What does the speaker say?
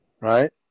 right